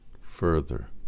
further